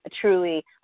truly